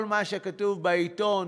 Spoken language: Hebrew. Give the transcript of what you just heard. כל מה שכתוב בעיתון,